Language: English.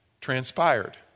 transpired